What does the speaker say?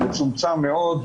מצומצם מאוד,